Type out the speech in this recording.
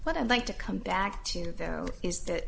what i'd like to come back to though is that